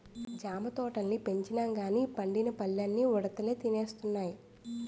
జామ తోటల్ని పెంచినంగానీ పండిన పల్లన్నీ ఉడతలే తినేస్తున్నాయి